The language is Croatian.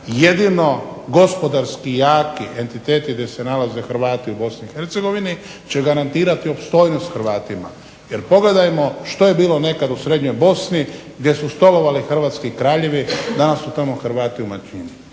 jedino gospodarski jaki entiteti gdje se nalaze Hrvati u Bosni i Hercegovini će garantirati opstojnost Hrvatima, jer pogledajmo što je bilo nekad u srednjoj Bosni gdje su stolovali hrvatski kraljevi, danas su tamo Hrvati u manjini.